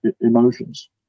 emotions